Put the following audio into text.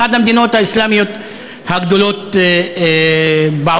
אחת המדינות האסלאמיות הגדולות בעולם,